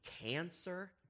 cancer